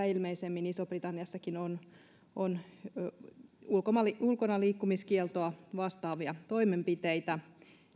ilmeisimmin isossa britanniassakin on on ulkonaliikkumiskieltoa vastaavia toimenpiteitä